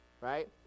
right